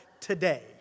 today